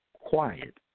quiet